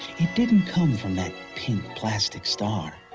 it didn't come from that pink plastic star.